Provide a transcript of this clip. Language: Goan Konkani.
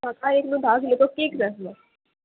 आतां एकलो धा किलो तो केक जाय आसलो